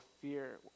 fear